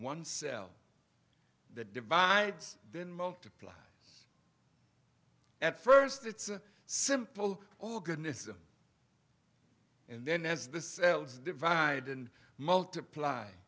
cell that divides then multiply at first it's a simple oh goodness and then as the cells divide and multiply